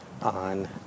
on